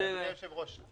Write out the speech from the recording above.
אדוני היושב-ראש,